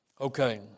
Okay